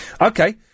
Okay